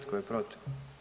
Tko je protiv?